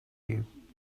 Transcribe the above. you